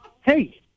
hey